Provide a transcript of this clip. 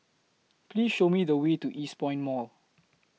Please Show Me The Way to Eastpoint Mall